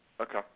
Okay